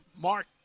Mark